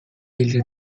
egli